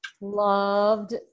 loved